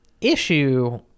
issue